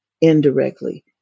indirectly